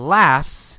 laughs